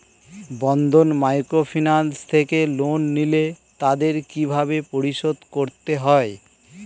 বন্ধন microfinance থেকে loan নিলে তাদের কিভাবে পরিশোধ করতে হয়?